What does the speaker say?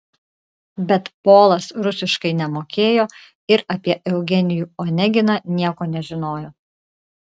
bet polas rusiškai nemokėjo ir apie eugenijų oneginą nieko nežinojo